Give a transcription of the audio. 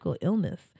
Illness